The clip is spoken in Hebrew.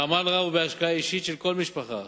בעמל רב ובהשקעה אישית של כל משפחה,